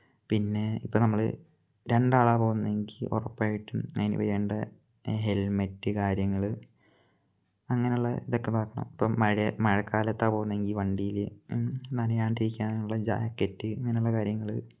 പിന്നെ ഇപ്പം നമ്മൾ രണ്ട് ആളാണ് പോകുന്നത് എങ്കിൽ ഉറപ്പായിട്ടും അതിന് വേണ്ട ഹെൽമറ്റ് കാര്യങ്ങൾ അങ്ങനെയുള്ള ഇതൊക്കെ നോക്കണം ഇപ്പം മഴക്കാലത്താണ് പോവുന്നത് എങ്കിൽ വണ്ടിയിൽ നനയാണ്ടിരിക്കാനുള്ള ജാക്കറ്റ് ഇങ്ങനെയുള്ള കാര്യങ്ങൾ